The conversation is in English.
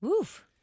Oof